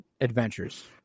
adventures